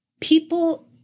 people